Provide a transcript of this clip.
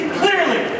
clearly